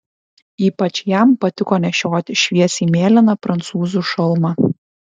ypač jam patiko nešioti šviesiai mėlyną prancūzų šalmą